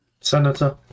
Senator